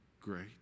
great